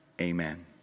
Amen